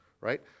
right